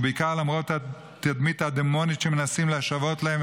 ובעיקר למרות התדמית הדמונית שמנסים לשוות להם,